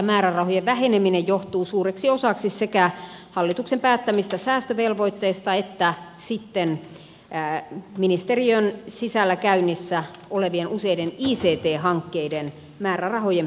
määrärahojen väheneminen johtuu suureksi osaksi sekä hallituksen päättämistä säästövelvoitteista että ministeriön sisällä käynnissä olevien useiden ict hankkeiden määrärahojen pienentymisestä